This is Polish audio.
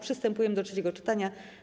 Przystępujemy do trzeciego czytania.